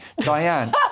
Diane